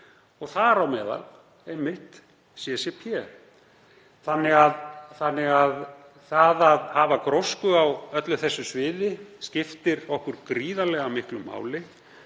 þar á meðal einmitt CCP. Þannig að það að hafa grósku á öllu þessu sviði skiptir okkur gríðarlega miklu máli